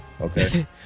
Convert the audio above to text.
okay